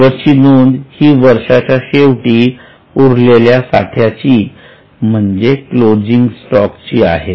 शेवटची नोंद ही वर्षाच्या शेवटी उरलेल्या साठ्याची म्हणजेच क्लोजिंग स्टॉकची आहे